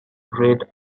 red